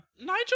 Nigel